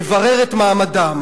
מברר את מעמדם,